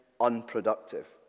unproductive